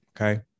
Okay